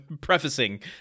prefacing